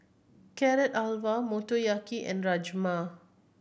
Carrot Halwa Motoyaki and Rajma